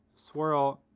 swirl,